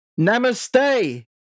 Namaste